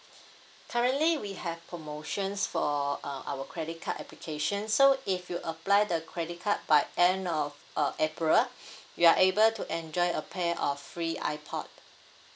currently we have promotions for uh our credit card application so if you apply the credit card by end of uh april you are able to enjoy a pair of free ipod